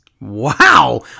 Wow